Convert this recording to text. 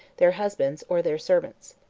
their husbands, or their servants.